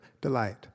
delight